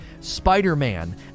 Spider-Man